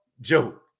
joke